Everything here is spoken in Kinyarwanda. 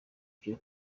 kiri